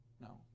No